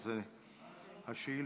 בזה תמו השאילתות.